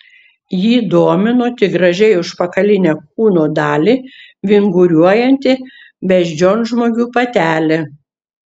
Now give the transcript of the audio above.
jį domino tik gražiai užpakalinę kūno dalį vinguriuojanti beždžionžmogių patelė